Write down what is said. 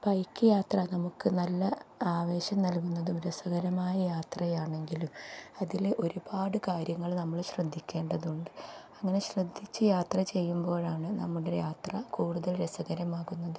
bike യാത്ര നമുക്ക് നല്ല ആവേശം നൽകുന്നതും രസകരമായ യാത്രയാണെങ്കിലും അതിൽ ഒരുപാട് കാര്യങ്ങൾ നമ്മൾ ശ്രദ്ധിക്കേണ്ടതുണ്ട് അങ്ങനെ ശ്രദ്ധിച്ച് യാത്ര ചെയ്യുമ്പോഴാണ് നമ്മുടെ യാത്ര കൂടുതൽ രസകരമാകുന്നത്